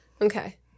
Okay